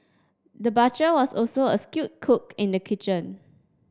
the butcher was also a skilled cook in the kitchen